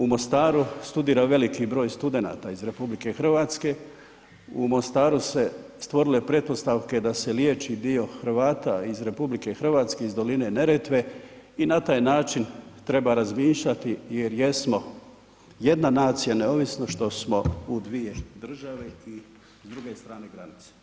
U Mostaru studira veliki broj studenata iz RH, u Mostaru su se stvorile pretpostavke da se liječi dio Hrvata iz RH iz doline Neretve i na taj način treba razmišljati jer jesmo jedna nacija neovisno što smo u dvije države i s druge strane granice.